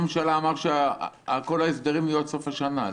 ראש הממשלה אמר שכל ההסדרים יהיו עד סוף השנה,